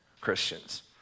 Christians